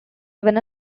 even